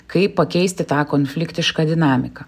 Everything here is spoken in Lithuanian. kaip pakeisti tą konfliktišką dinamiką